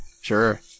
Sure